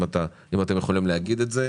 אם אתם יכולים להגיד את זה,